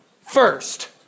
first